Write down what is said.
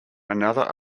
another